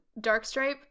Darkstripe